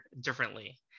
differently